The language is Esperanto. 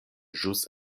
ĵus